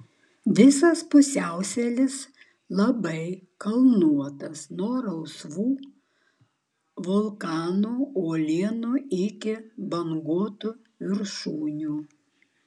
visas pusiasalis labai kalnuotas nuo rausvų vulkaninių uolienų iki banguotų viršūnių